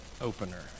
opener